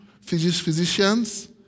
physicians